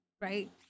right